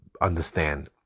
understand